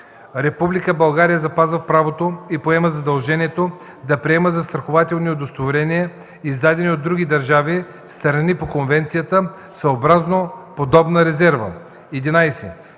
България запазва правото и поема задължението да приема застрахователни удостоверения, издадени от други държави - страни по конвенцията, съобразно подобна резерва.